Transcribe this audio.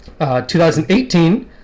2018